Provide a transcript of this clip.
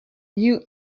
knew